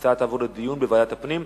ההצעה תועבר לדיון בוועדת הפנים.